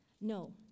No